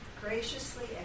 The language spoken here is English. graciously